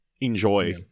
enjoy